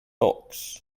box